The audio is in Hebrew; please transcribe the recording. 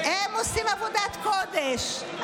הם עושים עבודת קודש.